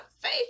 Faith